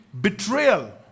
betrayal